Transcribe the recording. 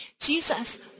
Jesus